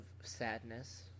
sadness